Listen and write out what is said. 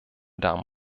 damen